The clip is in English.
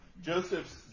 Joseph's